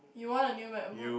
you want a new MacBook